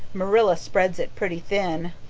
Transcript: marilla spreads it pretty thin.